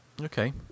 Okay